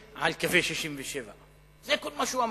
יתבססו על קווי 67'. זה כל מה שהוא אמר,